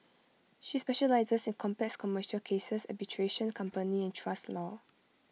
she specialises in complex commercial cases arbitration company and trust law